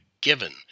given